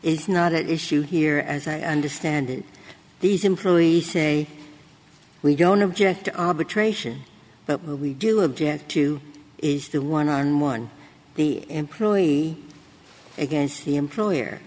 is not the issue here as i understand these employees say we don't object to arbitration but we do object to is the one on one the employee against the employer